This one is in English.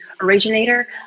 originator